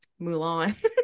Mulan